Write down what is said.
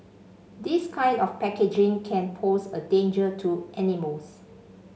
this kind of packaging can pose a danger to animals